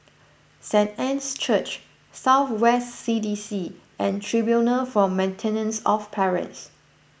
Saint Anne's Church South West C D C and Tribunal for Maintenance of Parents